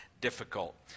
difficult